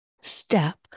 Step